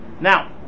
Now